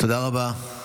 תודה רבה,